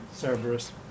Cerberus